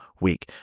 week